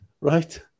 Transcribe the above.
right